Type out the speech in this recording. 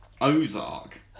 Ozark